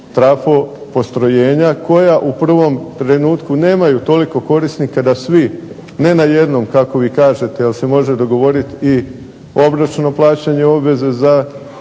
trafo postrojenja koja u prvom trenutku nemaju toliko korisnika da svi ne na jednom kako vi kažete jer se može dogovoriti i obročno plaćanje obveze za